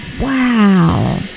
Wow